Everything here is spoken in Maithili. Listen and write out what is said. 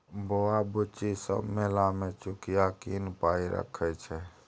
बौआ बुच्ची सब मेला मे चुकिया कीन पाइ रखै छै